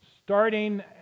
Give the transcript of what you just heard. Starting